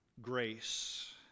Grace